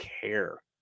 care